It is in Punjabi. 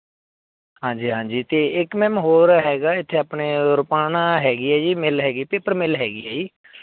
ਹਾਂਜੀ ਹਾਂਜੀ ਅਤੇ ਇੱਕ ਮੈਮ ਹੋਰ ਹੈਗਾ ਇੱਥੇ ਆਪਣੇ ਰੁਪਾਨਾ ਹੈਗੀ ਹੈ ਜੀ ਮਿੱਲ ਹੈਗੀ ਪੇਪਰ ਮਿੱਲ ਹੈਗੀ ਹੈ ਜੀ